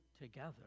together